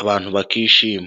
abantu bakishima.